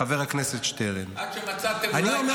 עד שמצאתם אולי משהו.